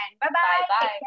Bye-bye